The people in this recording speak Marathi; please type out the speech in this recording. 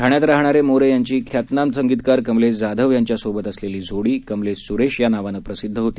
ठाण्यात राहणारे मोरे यांची ख्यातनाम संगीतकार कमलेश जाधव यांच्या सोबत असलेली जोडी कमलेश सुरेश या नावानं प्रसिद्ध होती